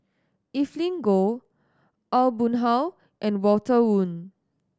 Evelyn Goh Aw Boon Haw and Walter Woon